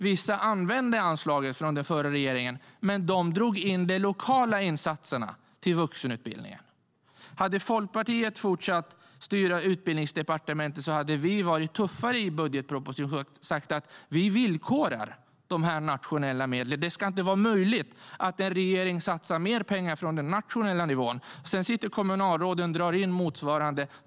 Vissa använde anslaget från den förra regeringen, men de drog in de lokala insatserna till vuxenutbildningen. Hade Folkpartiet fått fortsätta att styra Utbildningsdepartementet hade vi varit tuffare i budgetpropositionen och sagt: Vi villkorar de nationella medlen. Det ska inte vara möjligt att en regering satsar mer pengar från den nationella nivån samtidigt som kommunalråden drar in motsvarande.